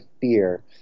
fear